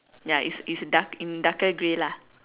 ya is is dark in darker grey lah